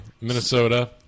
Minnesota